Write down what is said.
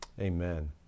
Amen